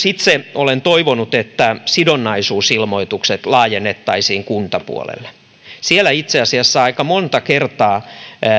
itse olen myös toivonut että sidonnaisuusilmoitukset laajennettaisiin kuntapuolelle siellä itse asiassa aika monta kertaa